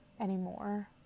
anymore